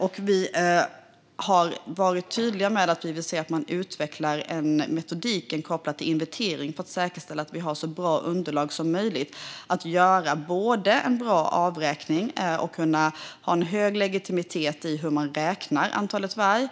Vi har också varit tydliga med att vi vill att man utvecklar en metodik kopplat till inventering för att få en bra avräkning och hög legitimitet i hur man räknar antalet vargar.